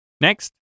Next